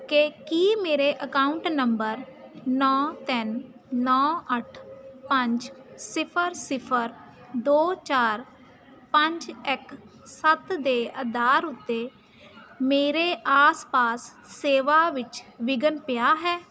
ਕਿ ਕੀ ਮੇਰੇ ਅਕਾਊਂਟ ਨੰਬਰ ਨੌਂ ਤਿੰਨ ਨੌਂ ਅੱਠ ਪੰਜ ਸਿਫ਼ਰ ਸਿਫ਼ਰ ਦੋ ਚਾਰ ਪੰਜ ਇੱਕ ਸੱਤ ਦੇ ਆਧਾਰ ਉੱਤੇ ਮੇਰੇ ਆਸ ਪਾਸ ਸੇਵਾ ਵਿੱਚ ਵਿਘਨ ਪਿਆ ਹੈ